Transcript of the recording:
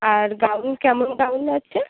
আর gown কেমন দামের আছে